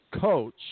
coach